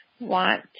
want